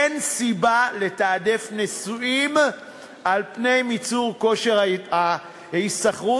אין סיבה להעדיף נשואים על פני ממצי כושר ההשתכרות,